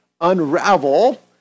unravel